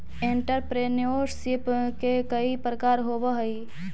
entrepreneurship के कई प्रकार होवऽ हई